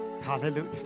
hallelujah